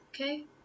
okay